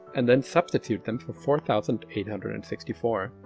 and then substitute them for four thousand eight hundred and sixty four.